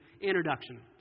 introduction